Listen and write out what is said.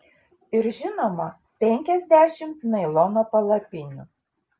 ir žinoma penkiasdešimt nailono palapinių